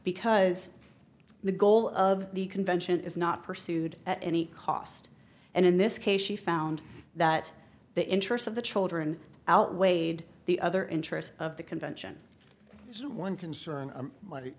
because the goal of the convention is not pursued at any cost and in this case she found that the interests of the children outweighed the other interests of the convention is one concern of my